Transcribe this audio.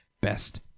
best